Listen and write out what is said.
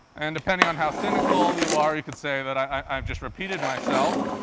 and depending on how cynical you are, you could say that i've just repeated myself,